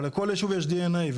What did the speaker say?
אבל לכל ישוב יש DNA,